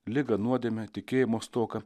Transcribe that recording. ligą nuodėmę tikėjimo stoką